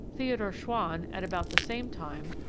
theo dore schwann, at about the same time,